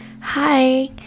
Hi